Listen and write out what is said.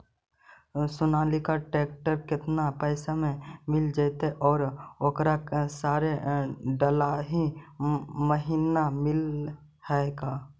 Sonalika tractor केतना पैसा में मिल जइतै और ओकरा सारे डलाहि महिना मिलअ है का?